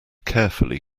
carefully